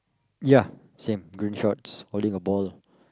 ya same green shorts holding a ball